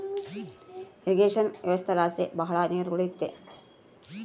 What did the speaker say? irrigation ವ್ಯವಸ್ಥೆಲಾಸಿ ಭಾಳ ನೀರ್ ಉಳಿಯುತ್ತೆ